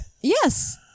Yes